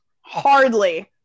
hardly